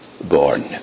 born